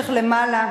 אני שמתי לב.